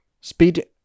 Speed